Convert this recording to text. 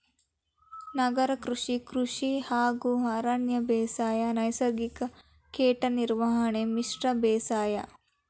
ನಗರ ಕೃಷಿ, ಕೃಷಿ ಹಾಗೂ ಅರಣ್ಯ ಬೇಸಾಯ, ನೈಸರ್ಗಿಕ ಕೇಟ ನಿರ್ವಹಣೆ, ಮಿಶ್ರ ಬೇಸಾಯ